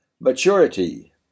Maturity